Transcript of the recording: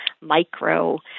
micro